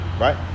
Right